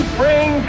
bring